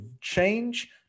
change